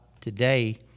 today